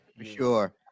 Sure